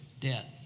debt